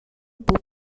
buca